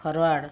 forward